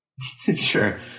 Sure